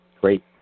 Great